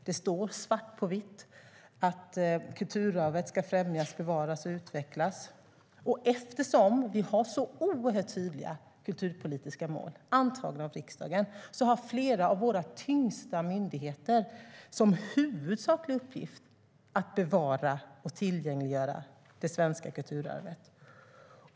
Det står svart på vitt att kulturarvet ska främjas, bevaras och utvecklas. Eftersom vi har oerhört tydliga kulturpolitiska mål, antagna av riksdagen, har flera av våra tyngsta myndigheter som huvudsaklig uppgift att bevara och tillgängliggöra det svenska kulturarvet.